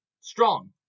Strong